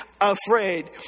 afraid